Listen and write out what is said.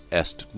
est